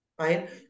right